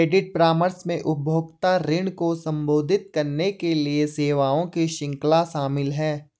credit परामर्श में उपभोक्ता ऋण को संबोधित करने के लिए सेवाओं की श्रृंखला शामिल है